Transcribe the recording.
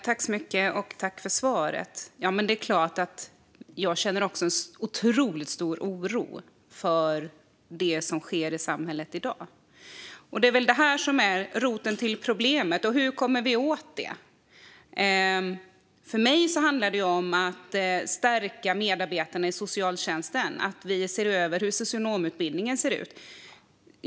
Herr talman! Jag tackar för svaret. Det är klart att jag också känner otroligt stor oro över det som sker i samhället i dag. Det är väl det här som är roten till problemet. Hur kommer vi åt det? För mig handlar det om att stärka medarbetarna i socialtjänsten och se över socionomutbildningen.